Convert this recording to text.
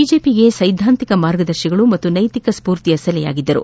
ಬಿಜೆಪಿಗೆ ಸ್ಟೆದ್ದಾಂತಿಕ ಮಾರ್ಗದರ್ಶಿಗಳು ಹಾಗೂ ನ್ಟೆತಿಕ ಸ್ಪೂರ್ತಿಯ ಸೆಲೆಯಾಗಿದ್ದರು